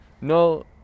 No